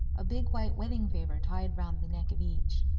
a big white wedding-favour tied round the neck of each.